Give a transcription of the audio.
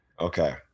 Okay